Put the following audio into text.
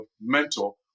mental